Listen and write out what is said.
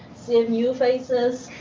cmu faces.